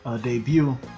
debut